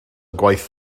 gwaith